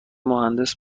مهندس